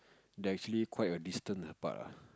there is actually quite a distant apart ah